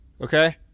Okay